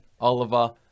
oliver